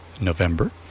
November